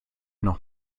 noch